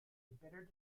bitter